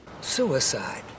Suicide